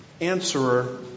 answerer